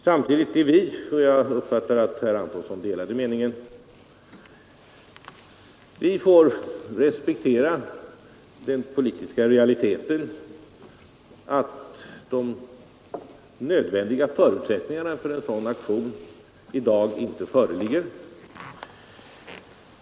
Samtidigt konstaterar vi emellertid — och jag uppfattade det så att herr Antonsson delade vår mening där — att vi måste respektera den politiska realiteten att de nödvändiga förutsättningarna för en sådan aktion inte föreligger i dag.